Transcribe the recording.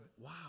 wow